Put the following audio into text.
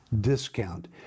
discount